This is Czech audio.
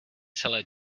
celé